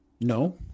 No